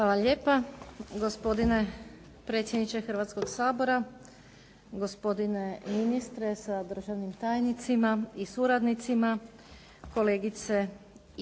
Hvala lijepa. Gospodine predsjedniče Hrvatskog sabora, gospodine ministre sa državnim tajnicima i suradnicima, kolegice